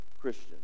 Christian